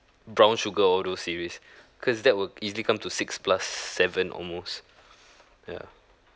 brown sugar all those series because that will easily come to six plus seven almost ya